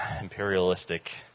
imperialistic